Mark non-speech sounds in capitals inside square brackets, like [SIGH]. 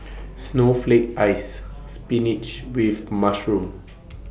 Snowflake Ice Spinach with Mushroom [NOISE]